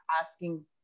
asking